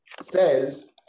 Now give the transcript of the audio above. says